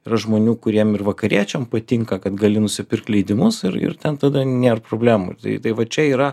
yra žmonių kuriem ir vakariečiam patinka kad gali nusipirkt leidimus ir ir ten tada nėr problemų tai tai va čia yra